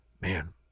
man